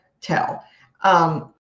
tell